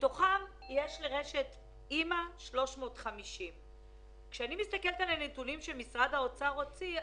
כשמתוכם יש לא.מ.א 350. כשאני מסתכלת על הנתונים שמשרד האוצר הוציא,